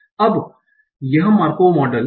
अब यह Markov model है